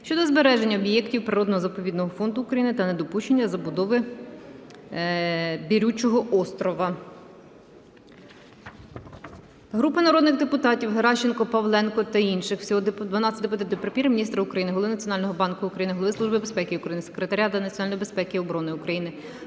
щодо збереження об'єктів природно-заповідного фонду України та недопущення забудови Бірючого острова. Групи народних депутатів (Геращенко, Павленка та інших. Всього 12 депутатів) до Прем'єр-міністра України, Голови Національного банку України, Голови Служби безпеки України, Секретаря Ради національної безпеки і оборони України